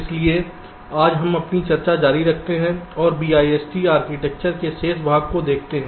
इसलिए आज हम अपनी चर्चा जारी रखते हैं और BIST आर्किटेक्चर के शेष भाग को देखते हैं